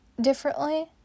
differently